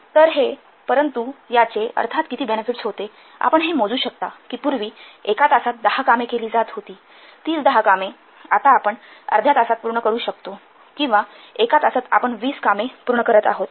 तर हे परंतु याचे अर्थात किती बेनेफिट्स होते आपण हे मोजू शकता की पूर्वी एका तासात दहा कामे केली जात होती तीच दहा कामे आता आपण अर्ध्या तासात पूर्ण करू शकतो किंवा एका तासात आपण वीस कामे पूर्ण करत आहोत